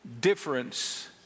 difference